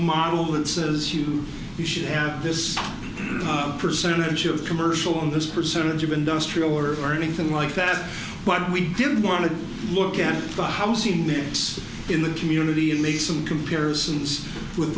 model that says you should have this percentage of commercial on this percentage of industrial or anything like that but we didn't want to look at the house the minutes in the community and made some comparisons with